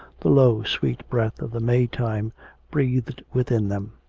the low, sweet breath of the may-time breathed within them,